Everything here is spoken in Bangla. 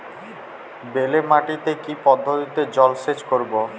বেলে মাটিতে কি পদ্ধতিতে জলসেচ করব?